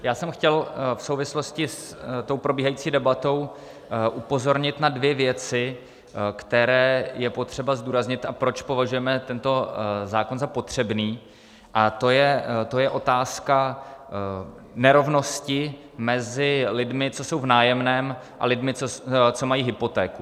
Já jsem chtěl v souvislosti s probíhající debatou upozornit na dvě věci, které je potřeba zdůraznit, a proč považujeme tento zákon za potřebný, a to je otázka nerovnosti mezi lidmi, co jsou v nájemném, a lidmi, co mají hypotéku.